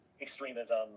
extremism